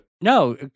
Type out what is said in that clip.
no